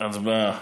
הצבעה,